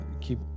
keep